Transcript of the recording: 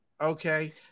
okay